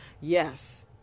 yes